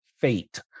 fate